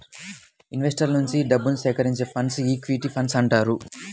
ఇన్వెస్టర్ల నుంచి డబ్బుని సేకరించే ఫండ్స్ను ఈక్విటీ ఫండ్స్ అంటారు